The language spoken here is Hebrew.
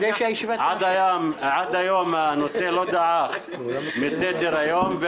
עד היום הנושא לא דעך מסדר היום.